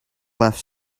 left